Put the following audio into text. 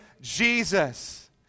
Jesus